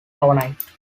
overnight